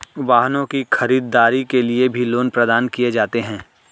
वाहनों की खरीददारी के लिये भी लोन प्रदान किये जाते हैं